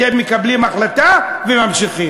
אתם מקבלים החלטה, וממשיכים.